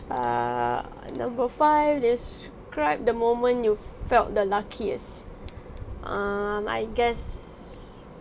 err number five describe the moment you felt the luckiest(um) I guess